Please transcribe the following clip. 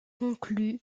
conclut